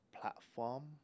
platform